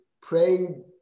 praying